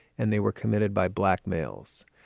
and they were committed by black males.